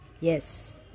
yes